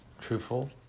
truthful